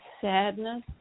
sadness